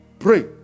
Pray